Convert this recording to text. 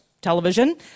television